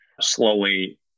slowly